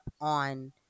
on